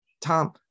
Tom